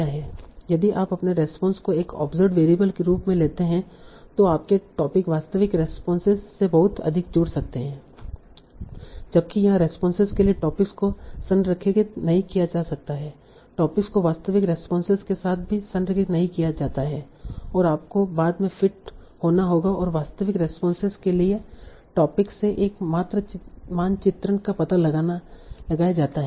यदि आप अपने रेस्पोंस को एक ओब्सर्वेड वेरिएबल के रूप में लेते हैं तो आपके टोपिक वास्तविक रेस्पोंसेस से बहुत अधिक जुड़ सकते हैं जबकि यहाँ रेस्पोंसेस के लिए टॉपिक्स को संरेखित नहीं किया जाता है और टॉपिक्स को वास्तविक रेस्पोंसेस के साथ भी संरेखित नहीं किया जाता है और आपको बाद में फिट होना होगा और वास्तविक रेस्पोंसेस के लिए टॉपिक्स से एक मानचित्रण का पता लगाएं जाता है